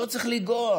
לא צריך לנגוע.